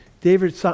David